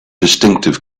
distinctive